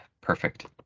perfect